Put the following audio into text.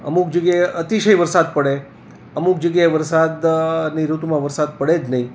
અમૂક જગ્યાએ અતિશય વરસાદ પડે અમૂક જગ્યાએ વરસાદ ની ઋતુમાં વરસાદ પડે જ નહીં